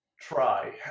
try